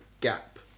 gap